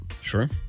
Sure